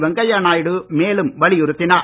வெங்கையா நாயுடு மேலும் வலியுறுத்தினார்